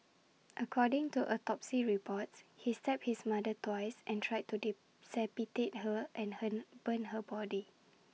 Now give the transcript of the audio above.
according to autopsy reports he stabbed his mother twice and tried to decapitate her and him burn her body